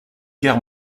guerre